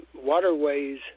waterways